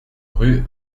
rue